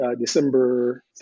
December